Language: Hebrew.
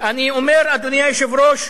אני אומר, אדוני היושב-ראש,